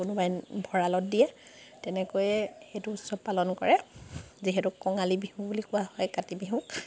কোনোবাই ভঁৰালত দিয়ে তেনেকৈয়ে সেইটো উৎসৱ পালন কৰে যিহেতু কঙালী বিহু বুলি কোৱা হয় কাতি বিহুক